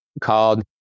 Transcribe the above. called